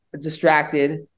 distracted